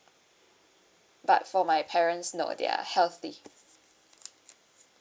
but for my parents no they are healthy